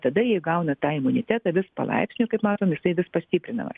tada jie įgauna tą imunitetą vis palaipsniui kaip matom jisai vis pastiprinamas